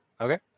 okay